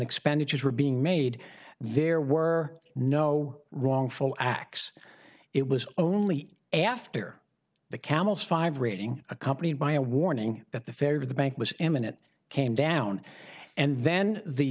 expenditures were being made there were no wrongful acts it was only after the camel's five rating accompanied by a warning that the fare of the bank was imminent came down and then the